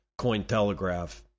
Cointelegraph